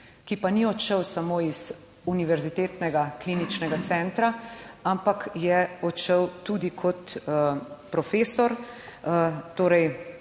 ki pa ni odšel samo z Univerzitetnega kliničnega centra, ampak je odšel tudi kot profesor, torej